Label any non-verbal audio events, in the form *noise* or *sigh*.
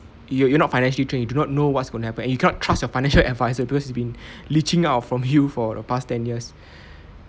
you you're not financially trained you do not know what's gonna happen you cannot trust your financial advisor because he's been leaching out from you for the past ten years *breath*